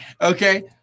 okay